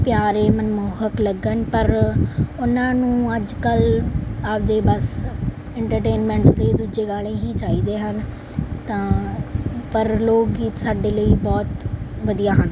ਪਿਆਰੇ ਮਨਮੋਹਕ ਲੱਗਣ ਪਰ ਉਹਨਾਂ ਨੂੰ ਅੱਜ ਕੱਲ੍ਹ ਆਪਦੇ ਬਸ ਐਂਟਰਟੇਨਮੈਂਟ ਦੇ ਦੂਜੇ ਗਾਣੇ ਹੀ ਚਾਹੀਦੇ ਹਨ ਤਾਂ ਪਰ ਲੋਕ ਗੀਤ ਸਾਡੇ ਲਈ ਬਹੁਤ ਵਧੀਆ ਹਨ